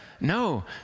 No